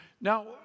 Now